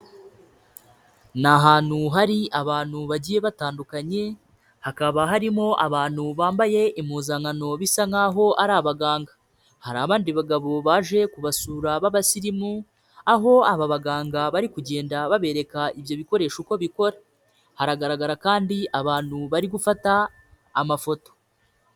Ni ahantu hari abantu bagiye batandukanye, hakaba harimo abantu bambaye impuzankano bisa nk'aho ari abaganga. Hari abandi bagabo baje kubasura b'abasirimu, aho aba baganga bari kugenda babereka ibyo bikoresho uko bikora. Haragaragara kandi abantu bari gufata amafoto.